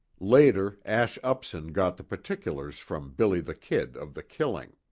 later, ash upson got the particulars from billy the kid of the killing.